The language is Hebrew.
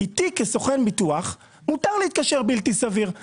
איתי כסוכן ביטוח מותר להתקשר בלתי סביר.